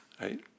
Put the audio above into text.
right